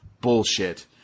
bullshit